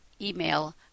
email